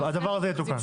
טוב, הדבר הזה יתוקן.